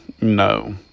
no